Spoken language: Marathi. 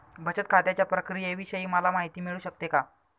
बचत खात्याच्या प्रक्रियेविषयी मला माहिती मिळू शकते का?